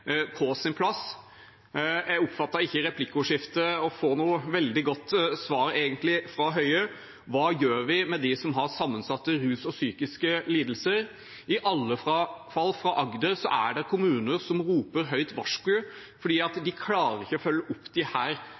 på sin plass. Jeg oppfattet ikke egentlig å få noe veldig godt svar fra Høie i replikkordskiftet: Hva gjør vi med dem som har sammensatte rus- og psykiske lidelser? I alle fall i Agder er det kommuner som roper høyt varsku, fordi de ikke klarer å følge opp